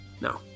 No